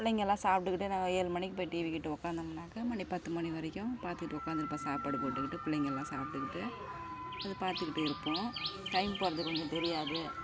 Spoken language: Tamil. பிள்ளைங்களாம் சாப்பிட்டுக்கிட்டு ஏழு மணிக்கு போய் டிவிக்கிட்ட உக்காந்தம்னாக்க மணி பத்து மணி வரைக்கும் பார்த்துக்கிட்டு உக்காந்து இருப்பேன் சாப்பாடு போட்டுக்கிட்டு பிள்ளைங்க எல்லாம் சாப்பிட்டுக்கிட்டு அதை பார்த்துக்கிட்டு இருப்போம் டைம் போகறது ரொம்ப தெரியாது